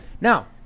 Now